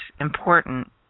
important